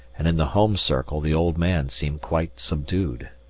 and in the home circle the old man seemed quite subdued.